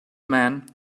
man